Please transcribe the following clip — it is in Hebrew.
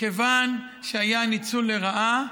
כיוון שהיה ניצול לרעה,